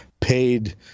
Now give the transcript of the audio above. paid